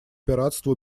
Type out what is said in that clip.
пиратства